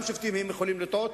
גם שופטים יכולים לטעות,